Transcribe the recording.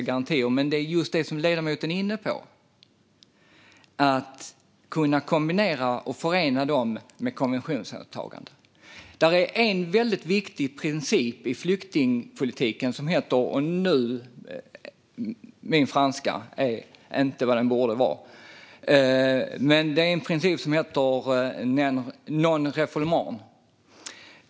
Utmaningen är just den som ledamoten är inne på - att kunna förena diplomatiska garantier med konventionsåtaganden. Det finns en väldigt viktig princip i flyktingpolitiken som heter - min franska är inte vad den borde vara - non-refoulement.